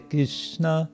Krishna